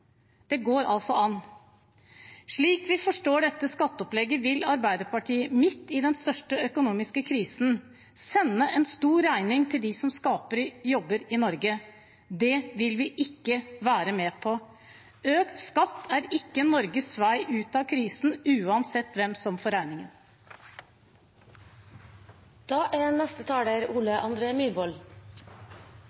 Det går altså an. Slik vi forstår dette skatteopplegget, vil Arbeiderpartiet, midt i den største økonomiske krisen, sende en stor regning til dem som skaper jobber i Norge. Det vil vi ikke være med på. Økt skatt er ikke Norges vei ut av krisen – uansett hvem som